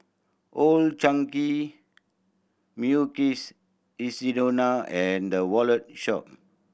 Old Chang Kee Mukshidonna and The Wallet Shop